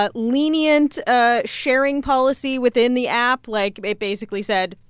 ah lenient ah sharing policy within the app. like, they basically said,